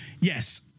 yes